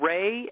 Ray